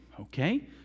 okay